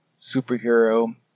superhero